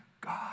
God